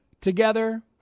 together